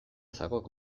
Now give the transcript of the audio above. zagok